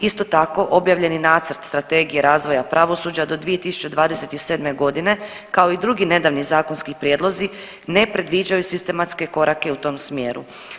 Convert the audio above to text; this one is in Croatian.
Isto tako, objavljeni Nacrt Strategije razvoja pravosuđa do 2027. g., kao i drugi nedavni zakonski prijedlozi ne predviđaju sistematske korake u tom smjeru.